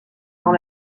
dans